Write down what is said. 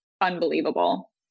unbelievable